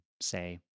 say